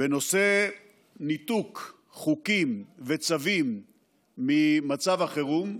בנושא ניתוק חוקים וצווים ממצב החירום: